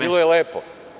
Bilo je lepo.